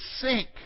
sink